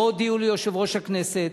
לא הודיעו ליושב-ראש הכנסת,